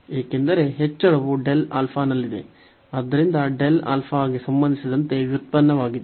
ಏಕೆಂದರೆ ಹೆಚ್ಚಳವು ನಲ್ಲಿದೆ ಆದ್ದರಿಂದ ಗೆ ಸಂಬಂಧಿಸಿದಂತೆ ವ್ಯುತ್ಪನ್ನವಾಗಿದೆ